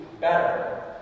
better